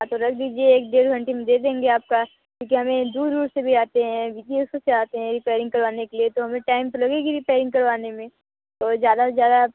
हाँ तो रख दीजिए एक डेढ़ घंटे में दे देंगे आपका क्योंकि हमें दूर दूर से भी आते हैं विदेशों से आते हैं रिपेयरिंग कराने के लिए तो हमें टाइम तो लगेगा ही रिपेयरिंग करवाने में तो ज़्यादा से ज़्यादा